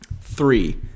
Three